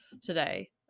today